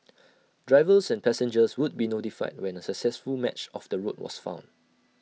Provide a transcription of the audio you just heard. drivers and passengers would be notified when A successful match of the route was found